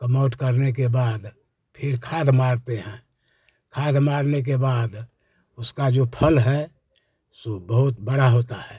कमौठ करने के बाद फिर खाध मारते हैं खाध मारने के बाद उसका जो फल है सो बहुत बड़ा होता है